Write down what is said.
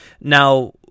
now